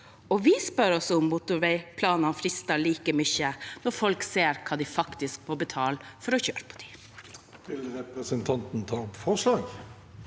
Vi spør oss om motorveiplanene frister like mye når folk ser hva de faktisk må betale for å kjøre på